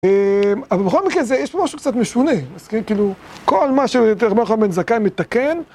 אבל בכל מקרה זה, יש פה משהו קצת משונה אז כאילו, כל מה שר' יוחנן בן זכאי מתקן..